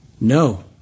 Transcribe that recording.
No